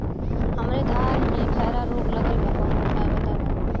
हमरे धान में खैरा रोग लगल बा कवनो उपाय बतावा?